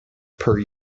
per